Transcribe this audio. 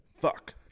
fuck